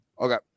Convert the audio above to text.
Okay